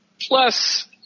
plus